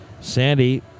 Sandy